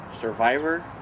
Survivor